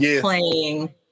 playing